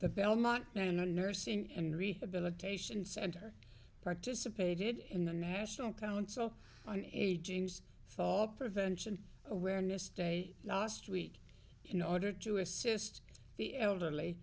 the belmont and the nursing and rehabilitation center participated in the national council on aging fall prevention awareness day nost week in order to assist the elderly